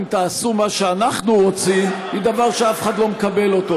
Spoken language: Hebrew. תעשו מה שאנחנו רוצים היא דבר שאף אחד לא מקבל אותו,